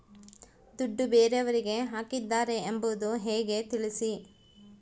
ದುಡ್ಡು ಬೇರೆಯವರಿಗೆ ಹಾಕಿದ್ದಾರೆ ಎಂಬುದು ಹೇಗೆ ತಿಳಿಸಿ?